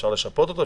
אפשר לשפות אותו,